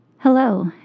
Hello